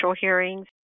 hearings